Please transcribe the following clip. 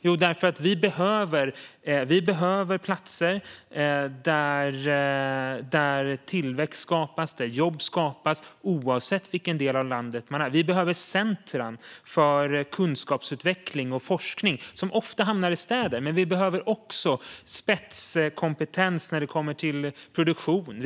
Jo, vi behöver platser där tillväxt skapas och där jobb skapas, oavsett i vilken del av landet de finns. Vi behöver centrum för kunskapsutveckling och forskning, som ofta hamnar i städer. Men vi behöver också spetskompetens när det kommer till produktion.